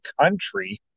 country